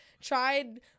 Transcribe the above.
Tried